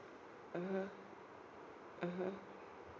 mmhmm mmhmm